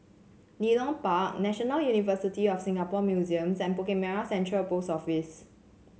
Leedon Park National University of Singapore Museums and Bukit Merah Central Post Office